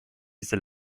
diese